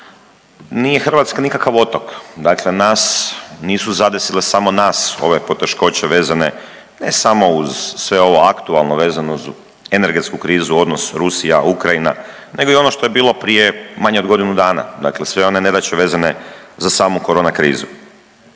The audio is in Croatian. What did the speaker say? Nije Hrvatska nikakav otok, dakle nas, nisu zadesile samo nas ove poteškoće vezane ne samo uz sve ovo aktualno, vezano uz energetsku krizu, odnos Rusija-Ukrajina, nego i ono što je bilo prije manje od godinu dana, dakle sve one nedaće vezane za samu korona krizu.